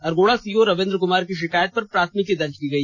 Argora CO Ravindra Kumar की षिकायत पर प्राथमिकी दर्ज की गई